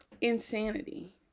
Insanity